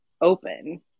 open